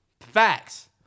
Facts